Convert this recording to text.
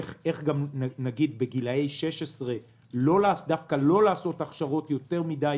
איך בגיל 16 לא דווקא לעשות הכשרות יותר מדי